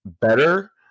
better